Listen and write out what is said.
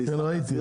ראיתי,